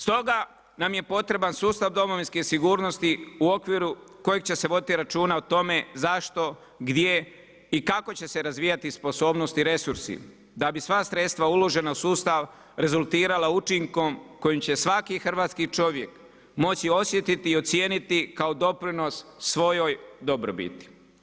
Stoga nam je potreban sustav domovinske sigurnosti u okviru kojeg će se voditi računa o tome zašto, gdje i kako će se razvijati sposobnost i resursi da bi sva sredstva uložena u sustav rezultirala učinkom kojim će svaki hrvatski čovjek moći osjetiti i ocijeniti kao doprinos svojoj dobrobiti.